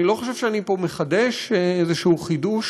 אני לא חושב שאני מחדש פה איזשהו חידוש